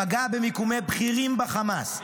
פגע במיקומי בכירים בחמאס.